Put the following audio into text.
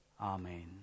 Amen